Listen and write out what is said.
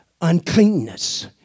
uncleanness